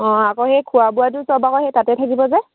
অঁ আকৌ সেই খোৱা বোৱাটো চব আকৌ সেই তাতে থাকিব যে